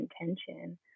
intention